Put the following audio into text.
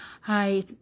hi